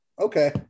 Okay